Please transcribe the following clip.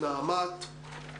נעמ"ת,